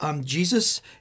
Jesus